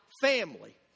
family